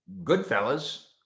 Goodfellas